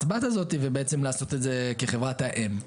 הבת הזאת ובעצם לעשות את זה כחברת האם.